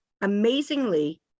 Amazingly